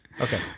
okay